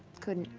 couldn't,